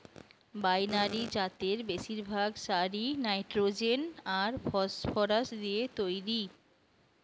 binary জাতের বেশিরভাগ সারই নাইট্রোজেন আর ফসফরাস দিয়ে তইরি